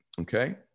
Okay